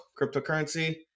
cryptocurrency